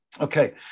Okay